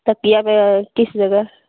टकिया में किस जगह